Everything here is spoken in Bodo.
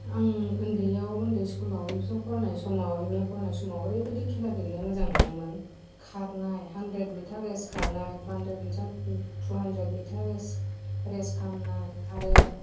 आं उन्दैआव उन्दै स्कुलआव एल पि आव फरायनाय समाव एम इ फरायनाय समाव ओरैबादि खेला गेलेनो मोजां मोनोमोन खारनाय हान्ड्रेड मिटार रेस खारनाय two hundred metre two hundred race खालामनाय आरो